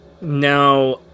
now